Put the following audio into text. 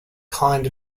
kind